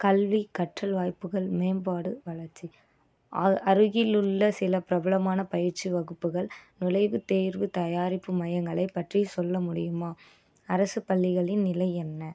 கல்வி கற்றல் வாய்ப்புகள் மேம்பாடு வளர்ச்சி அருகில் உள்ள சில பிரபலமான பயிற்சி வகுப்புகள் நுழைவுத் தேர்வு தயாரிப்பு மையங்களை பற்றி சொல்ல முடியுமா அரசுப் பள்ளிகளின் நிலை என்ன